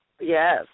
Yes